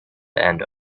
end